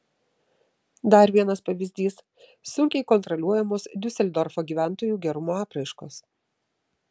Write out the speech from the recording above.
dar vienas pavyzdys sunkiai kontroliuojamos diuseldorfo gyventojų gerumo apraiškos